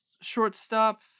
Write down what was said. shortstop